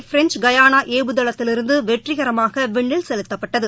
French Guiana ஏவுதனத்திலிருந்து வெற்றிகரமாக விண்ணில் செலுத்தப்பட்டது